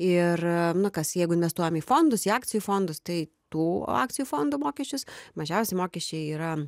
ir na kas jeigu investuojam į fondus į akcijų fondus tai tų akcijų fondų mokesčius mažiausi mokesčiai yra